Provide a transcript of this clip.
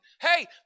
hey